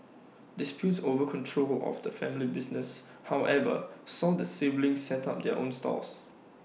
disputes over control of the family business however saw the siblings set up their own stalls